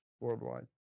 worldwide